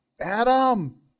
Adam